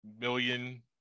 million